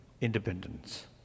independence